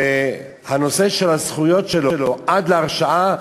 והנושא של הזכויות שלו עד להרשעה,